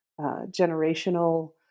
generational